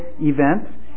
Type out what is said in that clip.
events